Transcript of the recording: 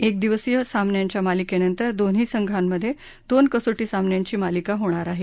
एक दिवसीय सामन्यांच्या मालिकेनंतर दोन्ही संघांमधे दोन कसोटी सामन्यांची मालिका होणार आहे